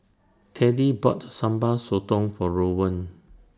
Teddie bought Sambal Sotong For Rowan